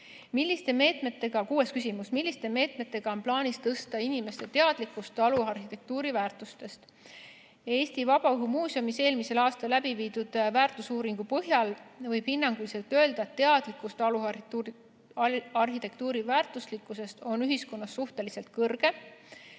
Kuues küsimus: "Milliste meetmetega on plaanis tõsta inimeste teadlikkust taluarhitektuuri väärtusest?" Eesti Vabaõhumuuseumis eelmisel aastal tehtud väärtusuuringu põhjal võib hinnanguliselt öelda, et teadlikkus taluarhitektuuri väärtuslikkusest on ühiskonnas suhteliselt suur.